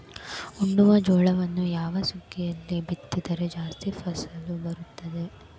ಉಣ್ಣುವ ಜೋಳವನ್ನು ಯಾವ ಸುಗ್ಗಿಯಲ್ಲಿ ಬಿತ್ತಿದರೆ ಜಾಸ್ತಿ ಫಸಲು ಬರುತ್ತದೆ?